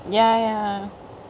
ya ya